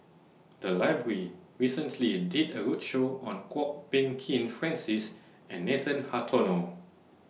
The Library recently did A roadshow on Kwok Peng Kin Francis and Nathan Hartono